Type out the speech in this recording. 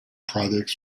products